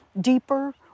deeper